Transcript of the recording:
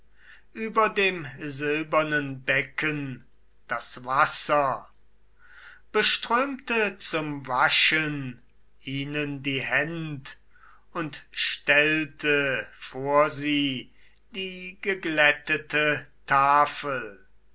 über dem silbernen becken das wasser beströmte zum waschen ihnen die händ und stellte vor sie die geglättete tafel